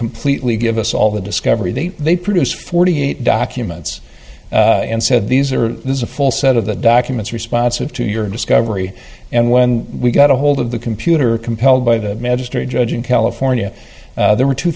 completely give us all the discovery that they produce forty eight documents and said these are there's a full set of the documents responsive to your discovery and when we got ahold of the computer compelled by the magistrate judge in california there were two